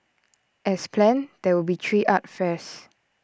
as planned there will be three art fairs